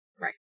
Right